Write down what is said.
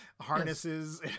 harnesses